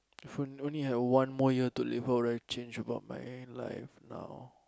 if you only had one more year to live now right change about my whole life now